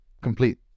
complete